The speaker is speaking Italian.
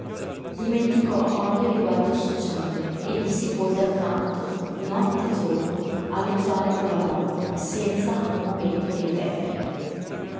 dimenticò ogni riguardo sociale e gli si pose accanto notte e giorno a lottare con la morte senza un momento di requie